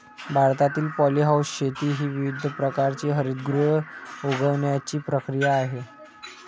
भारतातील पॉलीहाऊस शेती ही विविध प्रकारची हरितगृहे उगवण्याची प्रक्रिया आहे